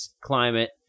climate